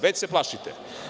Već se plašite.